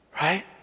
right